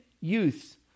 youths